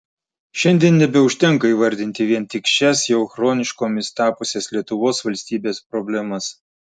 šiandien nebeužtenka įvardyti vien tik šias jau chroniškomis tapusias lietuvos valstybės problemas